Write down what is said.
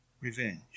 revenge